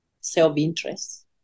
self-interest